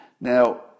Now